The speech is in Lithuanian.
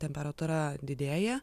temperatūra didėja